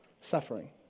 suffering